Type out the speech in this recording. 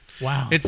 Wow